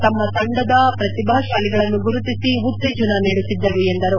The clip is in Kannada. ತಮ್ಮ ತಂಡದ ಪ್ರತಿಭಾಶಾಲಿಗಳನ್ನು ಗುರುತಿಸಿ ಉತ್ತೇಜನ ನೀಡುತ್ತಿದ್ದರು ಎಂದರು